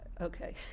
okay